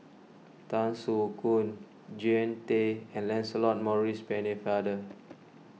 Tan Soo Khoon Jean Tay and Lancelot Maurice Pennefather